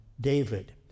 David